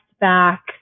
back